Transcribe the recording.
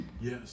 Yes